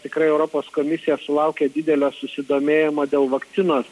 tikrai europos komisija sulaukė didelio susidomėjimo dėl vakcinos